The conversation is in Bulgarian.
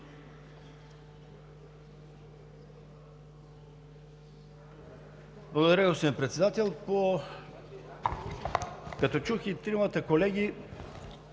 Благодаря, господин Председател. Като чух и тримата колеги,